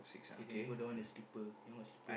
k then we go down the slipper your one what slipper